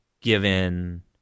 given